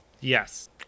Yes